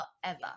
forever